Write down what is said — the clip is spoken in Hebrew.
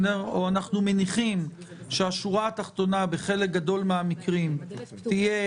או שאנחנו מניחים שהשורה התחתונה בחלק גדול מהמקרים תהיה